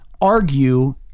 argue